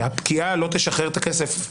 שיהיה כתוב הדבר הזה.